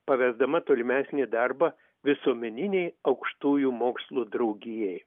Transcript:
pavesdama tolimesnį darbą visuomeninei aukštųjų mokslų draugijai